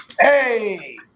hey